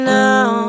now